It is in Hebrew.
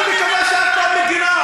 אני מקווה שאת לא מגִנה.